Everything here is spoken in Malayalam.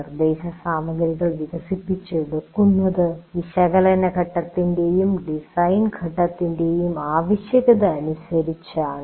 നിർദ്ദേശസാമഗ്രികൾ വികസിപ്പിച്ചെടുക്കുന്നുത് വിശകലനഘട്ടത്തിന്റെയും ഡിസൈൻഘട്ടത്തിന്റെയും ആവശ്യകത അനുസരിച്ചാണ്